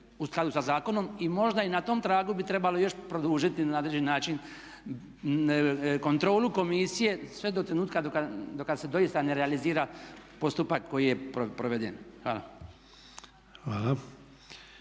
u skladu sa zakonom. I možda i na tom tragu bi trebalo još produžiti na određeni način kontrolu komisije sve do trenutka do kad se doista ne realizira postupak koji je proveden. Hvala.